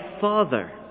Father